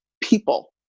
people